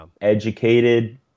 educated